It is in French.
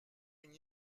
une